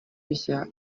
bishya